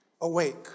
awake